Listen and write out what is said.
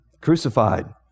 crucified